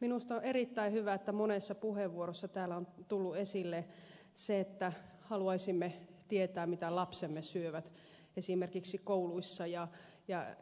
minusta on erittäin hyvä että monessa puheenvuorossa täällä on tullut esille se että haluaisimme tietää mitä lapsemme syövät esimerkiksi kouluissa ja